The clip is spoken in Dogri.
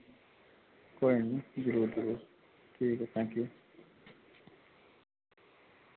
कोई निं जरूर जरूर ठीक ऐ थैंक यू